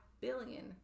billion